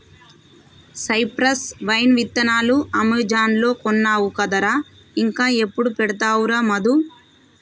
cypress vine విత్తనాలు Amazon లో కొన్నావు కదరా ఇంకా ఎప్పుడు పెడతావురా మధు